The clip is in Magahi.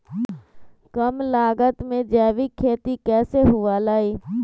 कम लागत में जैविक खेती कैसे हुआ लाई?